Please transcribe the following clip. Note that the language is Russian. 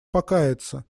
покаяться